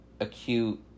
acute